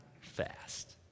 fast